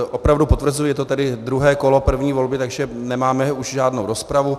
Opravdu potvrzuji, je to tedy druhé kolo první volby, takže nemáme už žádnou rozpravu.